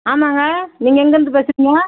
ஆமாங்க நீங்கள் எங்கேயிருந்து பேசுகிறீங்க